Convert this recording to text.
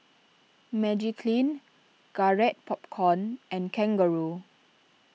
Magiclean Garrett Popcorn and Kangaroo